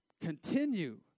continue